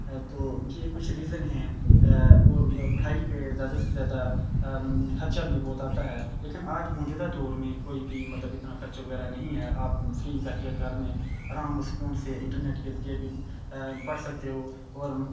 تو یہ کچھ ریزن ہیں اور پڑھائی پہ زیادہ سے زیادہ خرچہ بھی بہت آتا ہے لیکن آج موجودہ دور میں کوئی بھی مطلب اتنا خرچ وغیرہ نہیں ہے آپ فری بیٹھے گر میں آرام و سکون سے انٹرنیٹ کے ذریعے پڑھ سکتے ہو اور